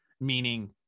meaning